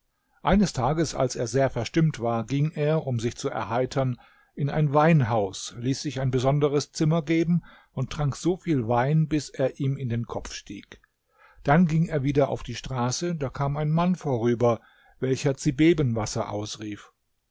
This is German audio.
eines tages als er sehr verstimmt war ging er um sich zu erheitern in ein weinhaus ließ sich ein besonderes zimmer geben und trank so viel wein bis er ihm in den kopf stieg dann ging er wieder auf die straße da kam ein mann vorüber welcher zibebenwasser ausrief